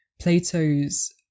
Plato's